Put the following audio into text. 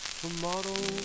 tomorrow